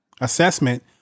assessment